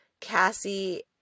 Cassie